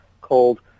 called